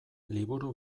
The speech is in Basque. liburu